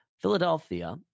Philadelphia